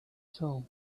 soul